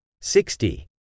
Sixty